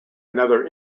another